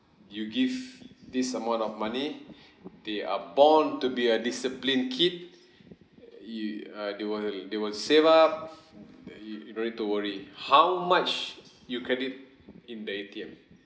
you give this amount of money they are born to be a disciplined kid uh you uh they will they will save up you don't need to worry how much you credit in the A_T_M